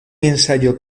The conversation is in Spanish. ensayo